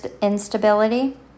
instability